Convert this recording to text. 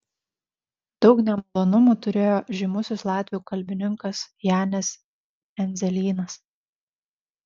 daug nemalonumų turėjo žymusis latvių kalbininkas janis endzelynas